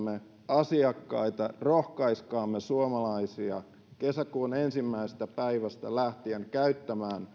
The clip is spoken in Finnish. asiakkaita rohkaiskaamme suomalaisia kesäkuun ensimmäisestä päivästä lähtien käyttämään